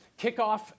kickoff